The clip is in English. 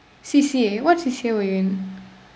C_C_A what's C_C_A were you in